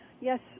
yes